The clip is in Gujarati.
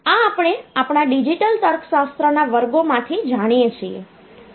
આ આપણે આપણા ડિજિટલ તર્કશાસ્ત્રના વર્ગોમાંથી જાણીએ છીએ